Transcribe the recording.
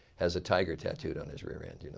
has a tiger tattooed on his rear and you know